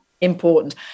important